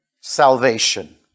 salvation